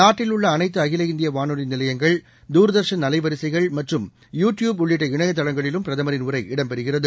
நாட்டில் உள்ள அளைத்து அகில இந்திய வானொலி நிலையங்கள் தூர்தர்ஷன் அலைவரிசைகள் மற்றும் யூ டியூப் உள்ளிட்ட இணையதளங்களிலும் பிரதமரின் உரை இடம் பெறுகிறது